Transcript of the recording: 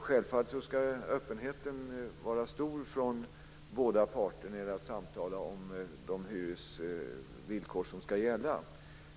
Självfallet ska öppenheten vara stor från båda parter när det gäller att samtala om de hyresvillkor som ska gälla.